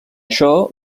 això